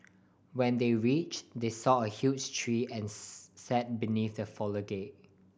when they reach they saw a huge tree and sat beneath the foliage